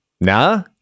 nah